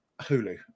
Hulu